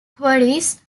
quarries